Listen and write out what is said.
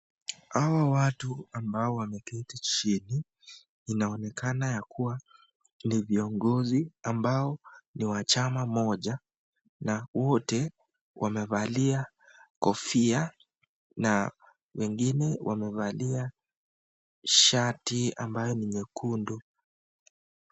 Hawa watu ambao wameketi chini. Inaonekana ya kuwa ni viongozi ambao ni wa chama moja na wote wamevalia kofia na wengine wamevalia shati ambayo ni nyekundu.